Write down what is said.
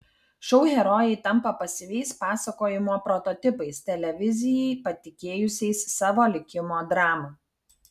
šou herojai tampa pasyviais pasakojimo prototipais televizijai patikėjusiais savo likimo dramą